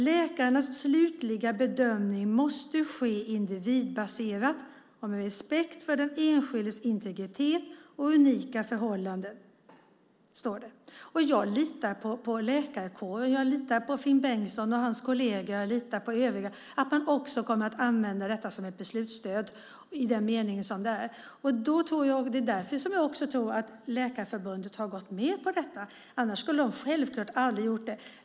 Läkarnas slutliga bedömning måste ske individbaserat och med respekt för den enskildes integritet och unika förhållanden, står det. Jag litar på läkarkåren. Jag litar på Finn Bengtsson, på hans kolleger och på övriga när det gäller att man också kommer att använda detta som ett beslutsstöd i den här meningen. Det är därför som jag tror att Läkarförbundet har gått med på detta. Annars hade man självklart aldrig gjort det.